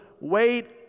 Wait